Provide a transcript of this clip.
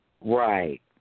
Right